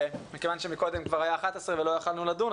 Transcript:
מכיוון שקודם כבר הייתה השה 11:00 ולא יכולנו לדון,